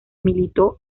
militó